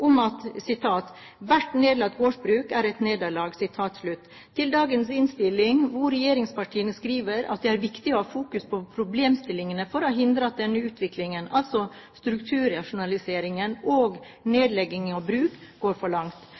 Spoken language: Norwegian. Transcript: om at «hvert nedlagt gårdsbruk er et nederlag» til dagens innstilling, hvor regjeringspartiene skriver at det er viktig å ha fokus på problemstillingene for å hindre at denne utviklingen – altså strukturrasjonaliseringen og nedleggingen av bruk – går for langt.